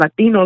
Latinos